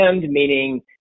meaning